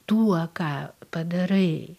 tuo ką padarai